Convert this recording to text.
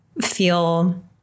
feel